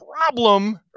problem